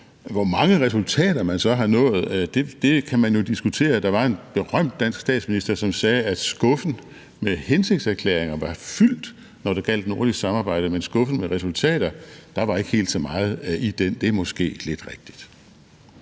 Hvor mange resultater man så har nået, kan man jo diskutere. Der var en berømt dansk statsminister, som sagde, at skuffen med hensigtserklæringer var fyldt, når det gjaldt nordisk samarbejde, men skuffen med resultater var der ikke helt så meget i. Det er måske lidt rigtigt.